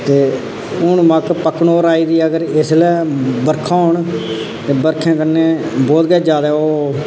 ते हून मक्क पक्कने पर आई दी ऐ अगर इसलै बर्खां होन ते बर्खें कन्नै बहुत गै ज्यादा ओह्